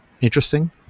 interesting